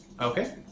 Okay